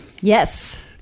Yes